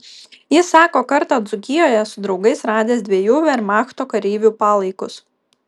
jis sako kartą dzūkijoje su draugais radęs dviejų vermachto kareivių palaikus